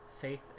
Faith